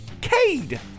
Cade